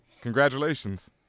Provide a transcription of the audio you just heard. Congratulations